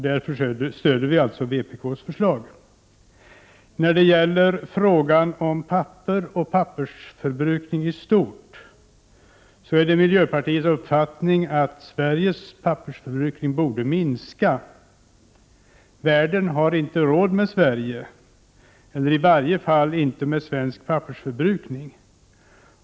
Därför stöder vi vpk:s förslag. När det gäller frågan om papper och pappersförbrukning i stort är det miljöpartiets uppfattning att Sveriges pappersförbrukning borde minska. Världen har inte råd med Sverige, i varje fall inte med svensk pappersförbrukning.